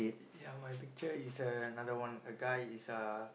ya my picture is uh another one a guy is uh